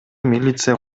милиция